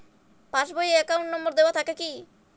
Pass বই এ account নম্বর দেওয়া থাকে কি?